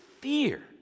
fear